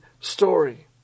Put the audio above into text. story